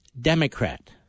democrat